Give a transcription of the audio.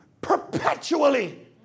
perpetually